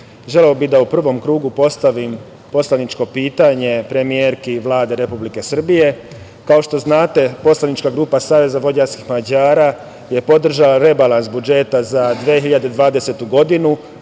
bih da u pravom krugu postavim poslaničko pitanje premijerki Vlade Republike Srbije. Kao što znate poslanička grupa SVM je podržala rebalans budžeta za 2020. godinu,